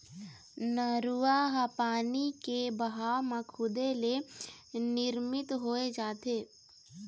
नरूवा ह पानी के बहाव म खुदे ले निरमित होए रहिथे